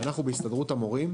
אנחנו בהסתדרות המורים,